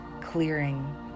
clearing